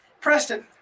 Preston